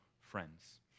friends